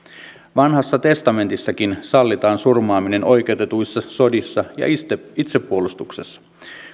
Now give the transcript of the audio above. vanhassa testamentissakin sallitaan surmaaminen oikeutetuissa sodissa ja itsepuolustuksessa